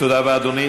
תודה רבה, אדוני.